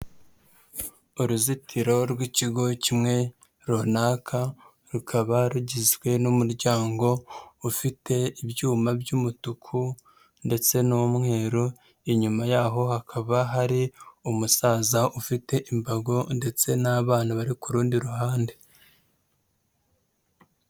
Uruzitiro rw'ikigo kimwe runaka rukaba rugizwe n'umuryango ufite ibyuma by'umutuku ndetse n'umweru, inyuma yaho hakaba hari umusaza ufite imbago ndetse n'abana bari ku rundi ruhande.